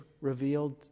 revealed